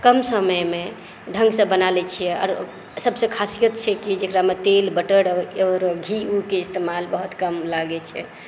कम समयमे ढंगसे बना लै छियै आओर सबसे खासियत छै कि जे एकरामे तेल बटर और घी के इस्तेमाल बहुत कम लागै छै